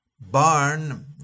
barn